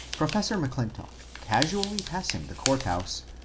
professor m'clintock, casually passing the court-house,